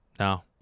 No